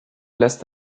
lässt